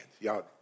Y'all